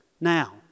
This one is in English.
Now